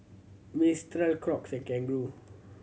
Mistral Crocs and Kangaroo